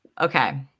okay